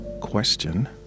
question